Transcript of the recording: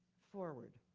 forward.